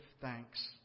thanks